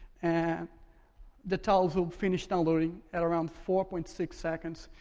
and the tiles will finish downloading at around four point six seconds.